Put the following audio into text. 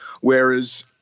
whereas